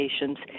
patients